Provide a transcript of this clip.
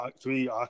three